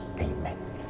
Amen